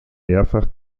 mehrfach